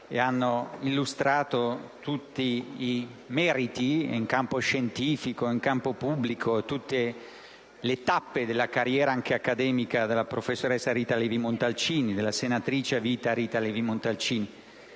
ampiamente illustrato tutti i meriti in campo scientifico e in campo pubblico e tutte le tappe della carriera, anche accademica, della professoressa Rita Levi-Montalcini, della senatrice a vita Rita Levi-Montalcini.